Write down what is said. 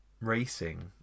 racing